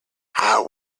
how